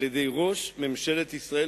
על-ידי ראש ממשלת ישראל,